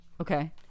Okay